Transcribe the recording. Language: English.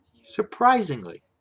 Surprisingly